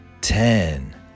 ten